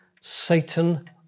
Satan